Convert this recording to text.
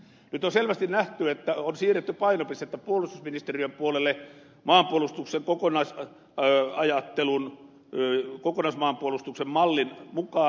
nyt on selvästi nähty että on siirretty painopistettä puolustusministeriön puolelle nah oli kokonaisen ajattelun vyöry kokonaismaanpuolustuksen mallin mukaan